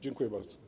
Dziękuję bardzo.